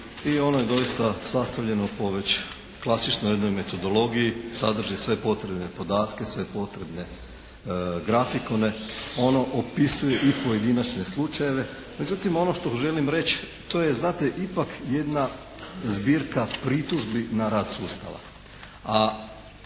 i ono je doista sastavljeno po već klasičnoj jednoj metodologiji, sadrži sve potrebne podatke, sve potrebne grafikone. Ono opisuje i pojedinačne slučajeve, međutim ono što želim reći, to je znate ipak jedna zbirka pritužbi na rad sustava,